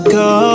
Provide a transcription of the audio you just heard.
go